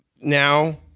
now